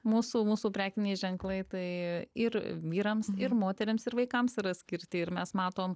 mūsų mūsų prekiniai ženklai tai ir vyrams ir moterims ir vaikams yra skirti ir mes matom